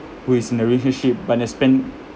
who is in a relationship but they spend